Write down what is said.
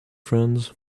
friends